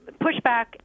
pushback